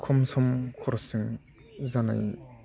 खम सम खरसजों जानाय